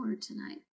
tonight